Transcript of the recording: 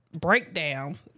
breakdown